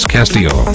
Castillo